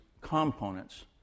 components